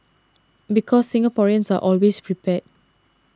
because Singaporeans are always prepared